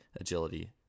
agility